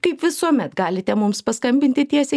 kaip visuomet galite mums paskambinti tiesiai